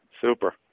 super